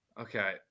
Okay